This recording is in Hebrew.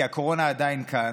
כי הקורונה עדיין כאן,